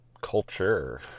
culture